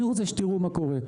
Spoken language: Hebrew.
אני רוצה שתיראו מה קורה.